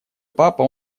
папа